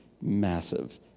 massive